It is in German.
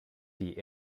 die